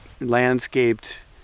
landscaped